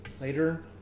later